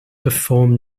perform